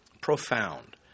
profound